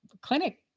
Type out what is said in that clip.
clinic